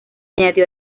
añadió